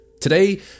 Today